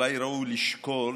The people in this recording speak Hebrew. אולי ראוי לשקול,